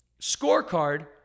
scorecard